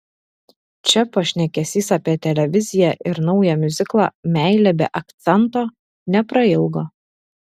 čia pašnekesys apie televiziją ir naują miuziklą meilė be akcento neprailgo